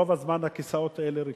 רוב הזמן הכיסאות האלה ריקים,